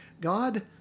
God